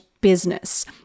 business